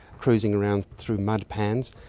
cruising around through mud pans.